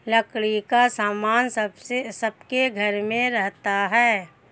लकड़ी का सामान सबके घर में रहता है